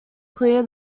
clear